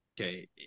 Okay